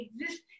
exist